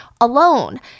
alone